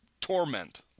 torment